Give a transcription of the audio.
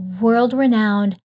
world-renowned